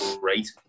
great